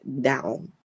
down